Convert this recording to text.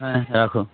হ্যাঁ রাখো